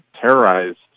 Terrorized